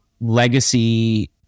Legacy